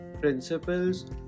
principles